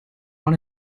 want